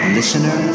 Listener